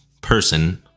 person